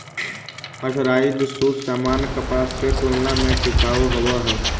mercerised सूत सामान्य कपास के तुलना में टिकाऊ होवऽ हई